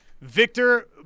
Victor